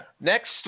next